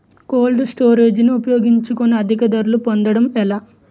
Cold storage ని ఉపయోగించుకొని అధిక ధరలు పొందడం ఎలా?